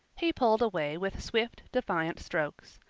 he pulled away with swift defiant strokes,